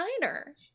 diner